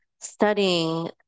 studying